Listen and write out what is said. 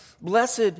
Blessed